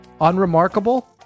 Unremarkable